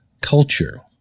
Culture